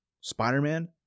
Spider-Man